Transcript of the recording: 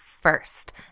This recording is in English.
first